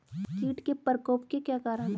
कीट के प्रकोप के क्या कारण हैं?